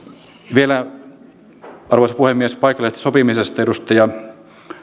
vielä arvoisa puhemies paikallisesta sopimisesta edustaja